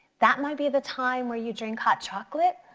that might be the time where you drink hot chocolate.